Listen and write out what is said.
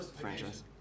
franchise